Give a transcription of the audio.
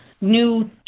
new